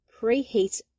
preheat